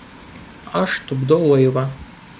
aš tupdau laivą